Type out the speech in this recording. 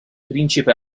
principe